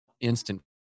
instant